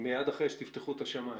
מיד אחרי שתפתחו את השמיים.